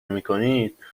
میکنید